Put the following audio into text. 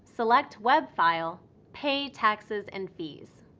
select webfile pay taxes and fees.